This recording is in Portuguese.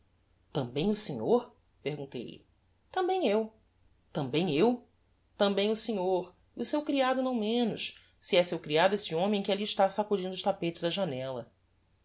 tambem o senhor perguntei-lhe tambem eu tambem eu tambem o senhor e o seu criado não menos se é seu criado esse homem que alli está sacudindo os tapetes á janella